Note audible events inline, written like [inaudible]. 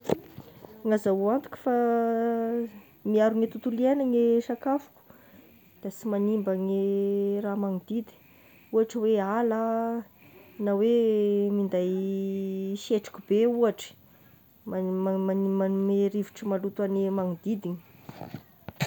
Gn'azahoa antoky fa miaro ny tontolo iaignagna e sakafo, da sy manimba ny [hesitation] raha magnodidy, ohatry oe ala, na hoe minday [hesitation] setroky be ohatry, magni- magni-magnome rivotra maloto ny magnodidigna.